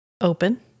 Open